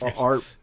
Art